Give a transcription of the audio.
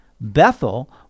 Bethel